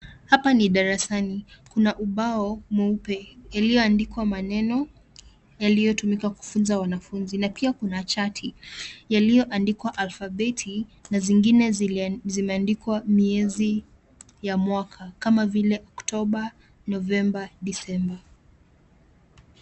Hapa ni darasani, kuna ubao mweupe iliyoandikwa maneno yaliyotumika kufunza wanafunzi. Na pia kuna chati, yaliyoandikwa alfabeti, na zingine zimeandikwa miezi ya mwaka. Kama vile Oktoba, Novemba, Disemba.